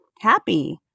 happy